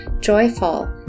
joyful